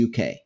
UK